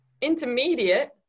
Intermediate